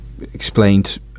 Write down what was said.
explained